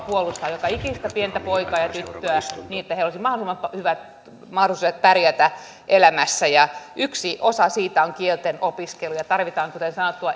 puolustaa joka ikistä pientä poikaa ja tyttöä niin että heillä olisi mahdollisimman hyvät mahdollisuudet pärjätä elämässä ja yksi osa siitä on kielten opiskelu tarvitaan kuten sanottu